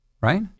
Right